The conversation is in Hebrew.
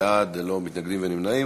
עשרה בעד, ללא מתנגדים ונמנעים.